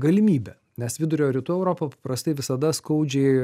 galimybę nes vidurio rytų europa paprastai visada skaudžiai